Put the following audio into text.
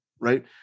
right